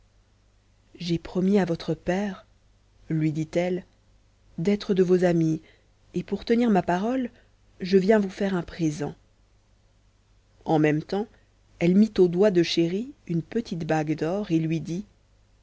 j'ai promis à votre père lui dit-elle d'être de vos amies et pour tenir ma parole je viens vous faire un présent en même temps elle mit au doigt de chéri une petite bague d'or et lui dit